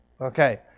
Okay